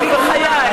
בחיי.